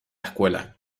escuela